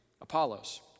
apollos